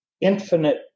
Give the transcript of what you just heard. infinite